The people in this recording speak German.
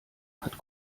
hat